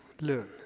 learn